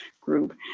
group